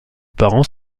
parents